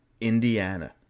Indiana